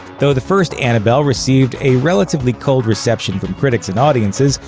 though the first annabelle received a relatively cold reception from critics and audiences,